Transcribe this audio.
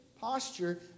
posture